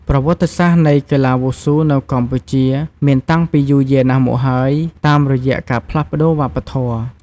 ប្រវត្តិសាស្រ្តនៃកីឡាវ៉ូស៊ូនៅកម្ពុជាមានតាំងពីយូរយារណាស់មកហើយ តាមរយៈការផ្លាស់ប្ដូរវប្បធម៌។